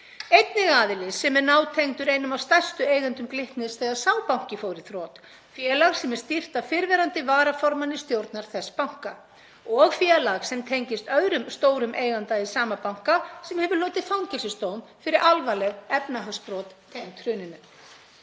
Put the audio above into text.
Einnig aðili sem er nátengdur einum af stærstu eigendum Glitnis þegar sá banki fór í þrot. Félag sem er stýrt af fyrrverandi varaformanni stjórnar þess banka og félag sem tengist öðrum stórum eiganda í sama banka sem hefur hlotið fangelsisdóm fyrir alvarleg efnahagsbrot tengd hruninu.